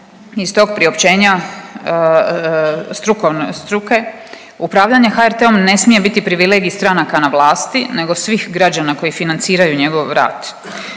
iz tog priopćenja struke upravljanje HRT-om ne smije biti privilegij stranaka na vlasti, nego svih građana koji financiraju njegov rad.